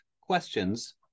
questions